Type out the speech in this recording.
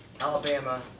Alabama